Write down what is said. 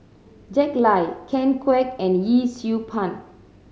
Jack Lai Ken Kwek and Yee Siew Pun